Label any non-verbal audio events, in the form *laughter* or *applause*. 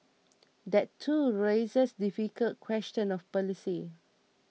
*noise* that too raises difficult questions of policy